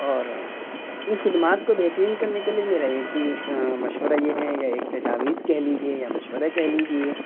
اور ان خدمات کو بہترین کرنے کے لیے میرا ایک ہی مشورہ یہ ہے یا ایک تجاویز کہہ لیجیے یا مشورہ کہہ لیجیے